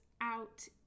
out